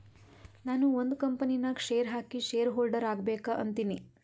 ನಾನು ಒಂದ್ ಕಂಪನಿ ನಾಗ್ ಶೇರ್ ಹಾಕಿ ಶೇರ್ ಹೋಲ್ಡರ್ ಆಗ್ಬೇಕ ಅಂತೀನಿ